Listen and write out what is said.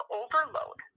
overload